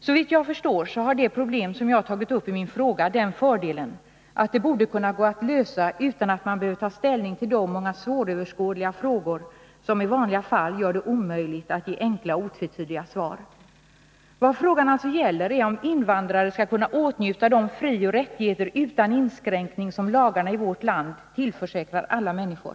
Såvitt jag förstår har det problem som jag har tagit upp i min fråga den fördelen att det borde kunna gå att lösa utan att man behöver ta ställning till de många svåröverskådliga frågor som i vanliga fall gör det omöjligt att ge enkla och otvetydiga svar. Vad frågan gäller är om invandrare skall kunna utnyttja de frioch rättigheter utan inskränkningar som lagarna i vårt land tillförsäkrar alla människor.